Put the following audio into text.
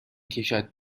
کشد